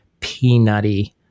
peanutty